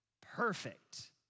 perfect